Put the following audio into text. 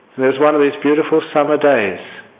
and it was one of these beautiful summer days